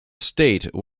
state